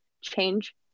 change